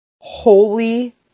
holy